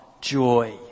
joy